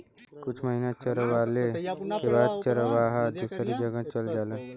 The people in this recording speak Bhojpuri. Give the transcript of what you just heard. कुछ महिना चरवाले के बाद चरवाहा दूसरी जगह चल जालन